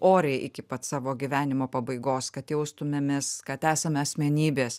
oriai iki pat savo gyvenimo pabaigos kad jaustumėmės kad esame asmenybės